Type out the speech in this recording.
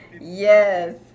Yes